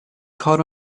caught